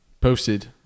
posted